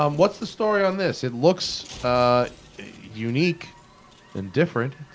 um what's the story on this? it looks unique and different.